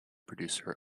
producer